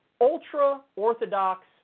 ultra-Orthodox